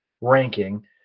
ranking